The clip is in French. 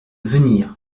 venir